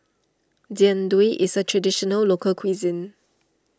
Jian Dui is a Traditional Local Cuisine